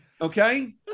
Okay